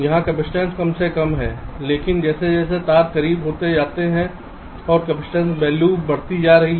यहां कैपेसिटेंस कम से कम है लेकिन जैसे जैसे तार करीब होते जा रहे हैं और कैपेसिटेंस वैल्यू बढ़ती जा रही है